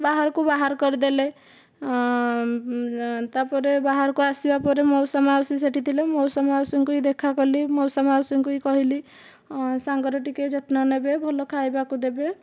ବାହାରକୁ ବାହାର କରିଦେଲେ ତାପରେ ବାହାରକୁ ଆସିବା ପରେ ମଉସା ମାଉସୀ ସେଇଠି ଥିଲେ ମଉସା ମାଉସୀଙ୍କୁ ବି ଦେଖା କଲି ମଉସା ମାଉସୀଙ୍କୁ ବି କହିଲି ସାଙ୍ଗର ଟିକେ ଯତ୍ନ ନେବେ ଭଲ ଖାଇବାକୁ ଦେବେ